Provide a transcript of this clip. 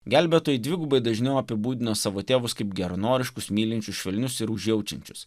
gelbėtojai dvigubai dažniau apibūdino savo tėvus kaip geranoriškus mylinčius švelnius ir užjaučiančius